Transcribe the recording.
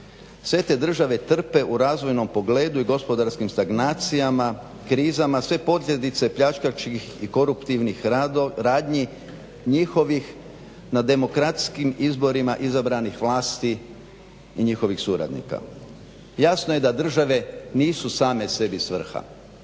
Sve te države trpe u razvojnom pogledu i gospodarskim stagnacijama, krizama, sve posljedice pljačkaških i koruptivnih radnji njihovih na demokratskim izborima izabranih vlasti i njihovih suradnika. Jasno je da države nisu same sebi svrha.